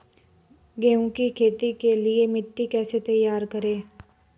गेहूँ की खेती के लिए मिट्टी कैसे तैयार करें?